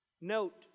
Note